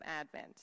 Advent